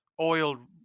oil